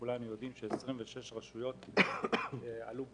כולם יודעים ש-26 רשויות עלו בסוציו,